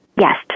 Yes